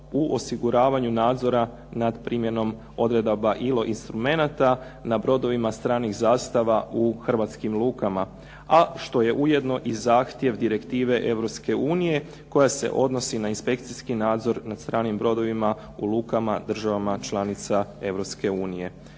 u osiguravanju nadzora nad primjenom odredaba ILO instrumenata na brodovima stranih zastava u hrvatskim lukama, a što je ujedno i zahtjev Direktive Europske unije koja se odnosi na inspekcijski nadzor nad stranima brodovima u lukama članicama